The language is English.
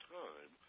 time